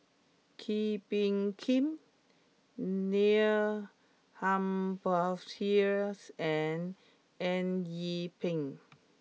Kee Bee Khim Neil Humphreys and Eng Yee Peng